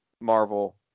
marvel